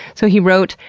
so he wrote,